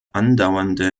andauernde